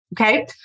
okay